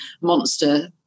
monster